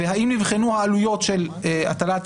והאם נבחנו העלויות של הטלת